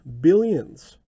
billions